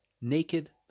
naked